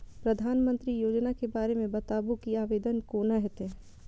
प्रधानमंत्री योजना के बारे मे बताबु की आवेदन कोना हेतै?